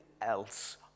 else